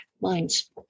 minds